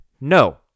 No